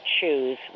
choose